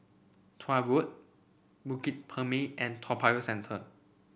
Tuah Road Bukit Purmei and Toa Payoh Central